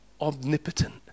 omnipotent